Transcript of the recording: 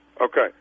Okay